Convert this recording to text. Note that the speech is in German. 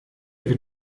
wird